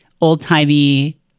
old-timey